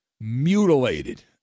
mutilated